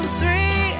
three